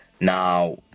now